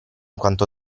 quanto